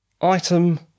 item